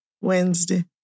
Wednesday